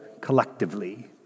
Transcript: collectively